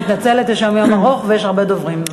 מתנצלת, יש לנו יום ארוך ויש הרבה דוברים.